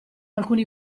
alcuni